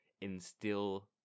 instill